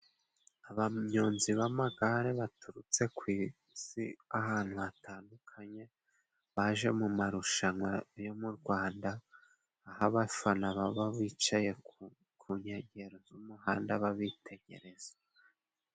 Aba nyonzi b'amagare baturutse ku isi ahantu hatandukanye, baje mu marushanwa yo mu rwanda aho abafana baba bicaye ku nkengero z'umuhanda babitegereza.